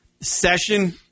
session